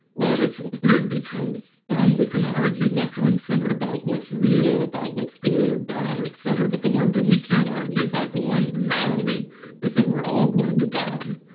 well it's weird because um we can argue left, right and center about what's real, about what's good or bad et cetera. but the one thing we can't argue about, the one reality is that we're all going to die.